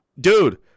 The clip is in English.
dude